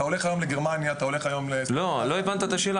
אתה נוסע היום לגרמניה --- לא הבנת את השאלה.